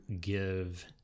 give